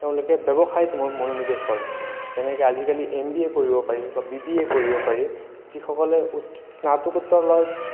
তেওঁলোকে ব্যৱসায়ত মনো মনোনিৱেশ কৰে তেনেকৈ আজিকালি এম বি এ কৰিব পাৰি বা বি বি এ কৰিব পাৰি যিসকলে স্নাতকোত্তৰ লয়